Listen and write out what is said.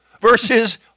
versus